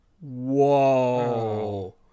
Whoa